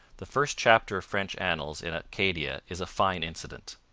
the first chapter of french annals in acadia is a fine incident.